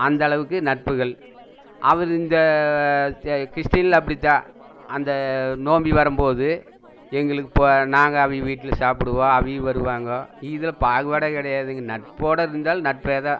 அந்த அளவுக்கு நட்புகள் அவர் இந்த கிறிஸ்டினில் அப்படித்தான் அந்த நோன்பு வரும் போது எங்களுக்கு இப்போ நாங்கள் அவங்க வீட்டில் சாப்பிடுவோம் அவங்க வருவாங்க இதில் பாகுபாடே கிடையாதுங்க நட்போடு இருந்தால் நட்பேதான்